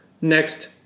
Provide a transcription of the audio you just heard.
next